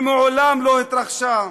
שמעולם לא התרחשה.